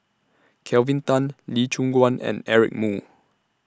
Kelvin Tan Lee Choon Guan and Eric Moo